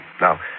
Now